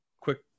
quick